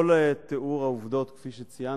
כל תיאור העובדות, כפי שציינתי,